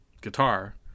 guitar